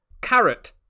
Carrot